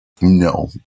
No